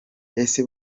ese